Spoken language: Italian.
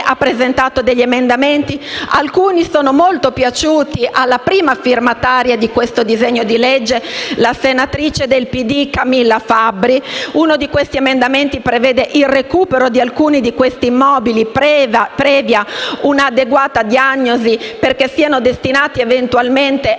ha presentato degli emendamenti e alcuni sono molto piaciuti alla prima firmataria del disegno di legge, la senatrice del Partito Democratico Camilla Fabbri. Uno di questi emendamenti prevede il recupero di alcuni immobili, previa un'adeguata diagnosi, affinché siano destinati eventualmente a